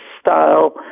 style